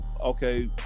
Okay